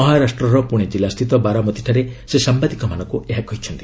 ମହାରାଷ୍ଟର ପୁଣେ ଜିଲ୍ଲା ସ୍ଥିତ ବାରାମତିଠାରେ ସେ ସାମ୍ଭାଦିକମାନଙ୍କ ଏହା କହିଛନ୍ତି